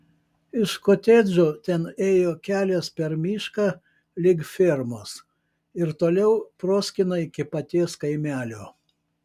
iš kotedžo ten ėjo kelias per mišką lig fermos ir toliau proskyna iki paties kaimelio